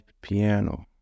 piano